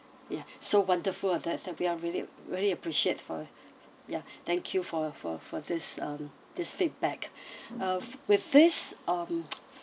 ya so wonderful of that we are really really appreciate for ya thank you for for for this um this feedback uh with this um